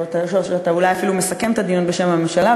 ואתה אולי אפילו מסכם את הדיון בשם הממשלה,